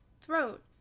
throat